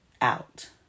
out